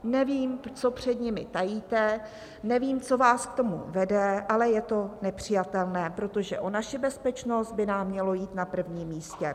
Nevím, co před nimi tajíte, nevím, co vás k tomu vede, ale je to nepřijatelné, protože o naši bezpečnost by nám mělo jít na prvním místě.